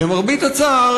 למרבה הצער,